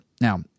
Now